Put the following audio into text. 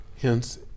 Hence